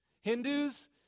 Hindus